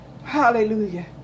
Hallelujah